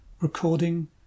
Recording